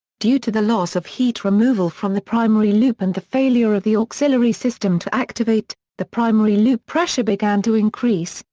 due to the loss of heat removal from the primary loop and the failure of the auxiliary system to activate, the primary loop pressure began to increase,